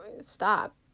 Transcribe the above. stop